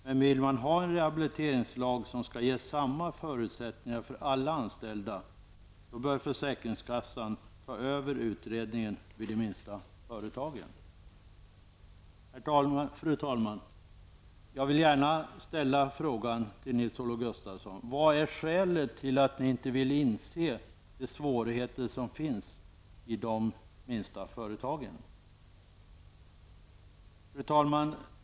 Men vill man ha en rehabiliteringslag som skall ge samma förutsättningar för alla anställda bör försäkringskassan ta över utredningen vid de minsta företagen. Vad är skälet till att ni inte vill inse de svårigheter som finns i de minsta företagen? Fru talman!